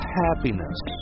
happiness